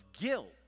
guilt